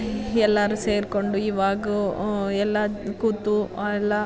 ಎಲ್ಲರೂ ಸೇರಿಕೊಂಡು ಇವಾಗ ಎಲ್ಲ ಕೂತು ಎಲ್ಲ